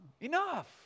enough